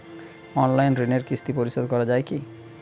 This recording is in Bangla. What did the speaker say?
অনলাইন ঋণের কিস্তি পরিশোধ করা যায় কি?